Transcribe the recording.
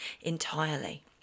entirely